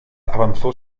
avanzó